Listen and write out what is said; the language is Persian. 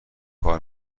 کار